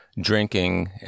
drinking